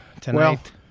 tonight